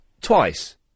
Twice